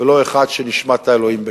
ולא אחד שנשמת האלוהים בתוכו.